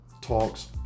talks